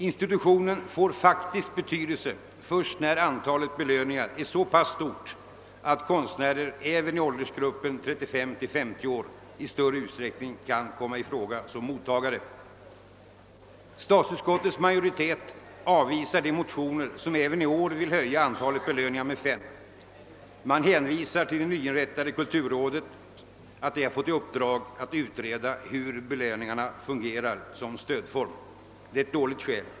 Institutionen får faktiskt betydelse först när antalet belöningar är så pass stort, att konstnärer även i åldersgruppen 30—50 år i större utsträckning kan komma i fråga som mottagare. Statsutskottets majoritet avvisar de motioner som även i år vill öka antalet belöningar med fem. Utskottet hänvisar till att det nyinrättade kulturrådet fått i uppdrag ait utreda hur belöningarna fungerar som stödform. Det är ett dåligt skäl.